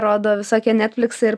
rodo visokie netfliksai ir